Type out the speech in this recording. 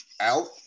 out